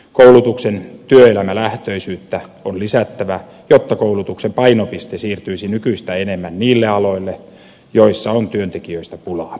koulutuksen työelämälähtöisyyttä on lisättävä jotta koulutuksen painopiste siirtyisi nykyistä enemmän niille aloille joilla on työntekijöistä pulaa